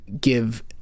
give